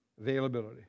Availability